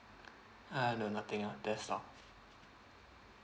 uh no nothing else that's all